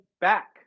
back